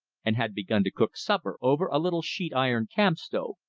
and had begun to cook supper over a little sheet-iron camp stove.